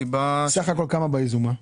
סך הכל כמה ביזומה?